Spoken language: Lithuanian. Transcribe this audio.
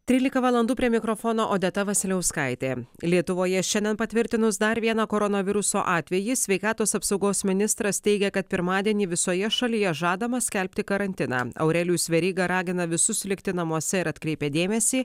trylika valandų prie mikrofono odeta vasiliauskaitė lietuvoje šiandien patvirtinus dar vieną koronaviruso atvejį sveikatos apsaugos ministras teigia kad pirmadienį visoje šalyje žadama skelbti karantiną aurelijus veryga ragina visus likti namuose ir atkreipia dėmesį